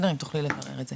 אשמח אם תוכלי לברר את זה,